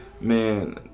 Man